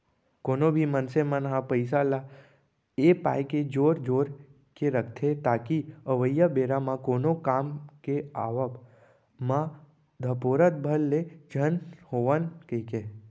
कोनो भी मनसे मन ह पइसा ल ए पाय के जोर जोर के रखथे ताकि अवइया बेरा म कोनो काम के आवब म धपोरत भर ले झन होवन कहिके